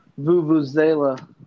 Vuvuzela